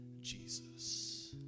Jesus